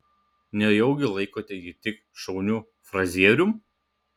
nejaugi laikote jį tik šauniu frazierium